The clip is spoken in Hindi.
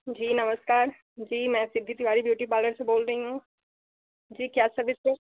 जी नमस्कार जी मैं शिवजी तिवारी ब्यूटी पार्लर से बोल रही हूँ जी क्या सर्विस दूँ